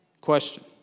question